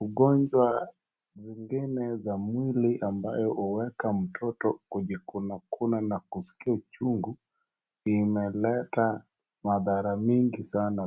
Ugonjwa ambazo hufanya watoto kujikuna na kuskia uchungu imeleta madhara mingi